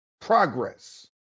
progress